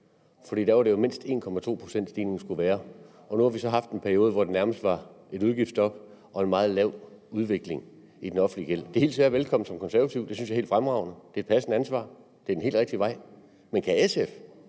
for det var jo på mindst 1,2 pct., at stigningen skulle være, og nu har vi så haft en periode, hvor der nærmest var et udgiftsstop og en meget lav udvikling i den offentlige gæld. Det hilser jeg velkommen som konservativ, det synes jeg er helt fremragende – det er et passende ansvar, det er den helt rigtige vej – men SF